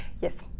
Yes